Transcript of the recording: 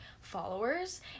followers